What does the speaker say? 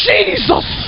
Jesus